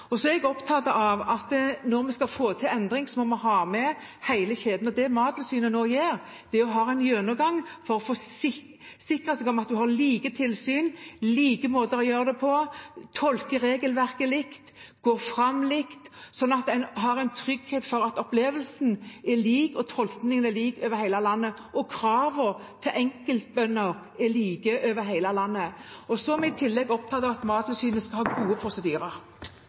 er opptatt av om vi skal få til en endring, må vi ha med hele kjeden. Det Mattilsynet nå gjør, er å ha en gjennomgang for å forsikre seg om at en har like tilsyn, like måter å gjøre det på, at en tolker regelverket likt og går fram likt, slik at en har en trygghet for at opplevelsen er lik og tolkningen lik over hele landet, og at kravene til enkeltbønder er like over hele landet. Så er jeg i tillegg opptatt av at Mattilsynet skal ha gode